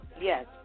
Yes